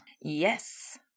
Yes